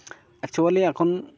actually এখন